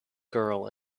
girl